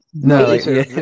No